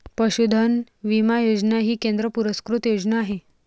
पशुधन विमा योजना ही केंद्र पुरस्कृत योजना आहे